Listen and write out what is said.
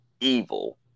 evil